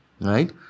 right